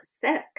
sick